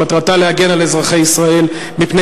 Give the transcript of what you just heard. שמטרתה להגן על אזרחי ישראל מפני